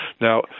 Now